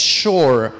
sure